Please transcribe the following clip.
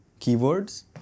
keywords